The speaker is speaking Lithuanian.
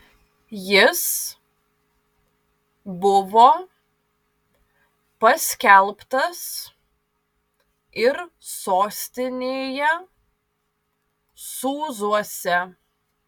jis buvo paskelbtas ir sostinėje sūzuose